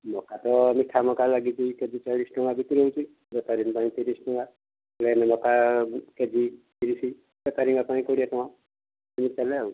ମକା ତ ମିଠା ମକା ଲାଗିଛି କେ ଜି ଚାଳିଶ ଟଙ୍କା ବିକ୍ରି ହେଉଛି ବେପାରୀଙ୍କ ପାଇଁ ତିରିଶ ଟଙ୍କା ପ୍ଲେନ୍ ମକା କେ ଜି ତିରିଶ ବେପାରୀଙ୍କ ପାଇଁ କୋଡ଼ିଏ ଟଙ୍କା ଏମିତି ଚାଲେ ଆଉ